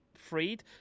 freed